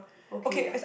okay